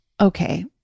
okay